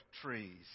trees